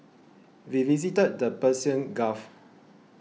we visited the Persian Gulf